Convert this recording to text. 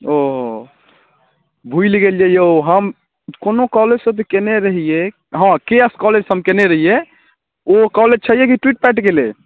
ओ भुलि गेलिए यौ हम कोनो कॉलेजसँ तऽ कएने रहिए हँ के एफ कॉलेजसँ हम कएने रहिए ओ कॉलेज छैहे कि टुटि टाटि गेलै